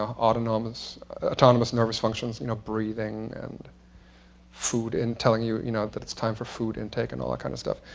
autonomous autonomous nervous functions you know breathing and and telling you you know that it's time for food intake and all that kind of stuff.